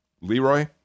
Leroy